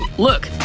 look!